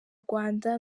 rwanda